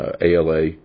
ALA